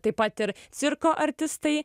taip pat ir cirko artistai